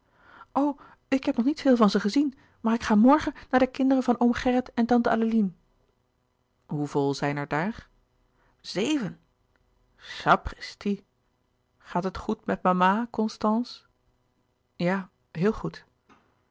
ik heb nog niet veel van ze gezien maar ik ga morgen naar de kinderen van oom gerrit en tante adeline hoeveel zijn er daar zeven sapristi gaat het goed met mama constance ja heel goed